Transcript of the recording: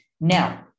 Now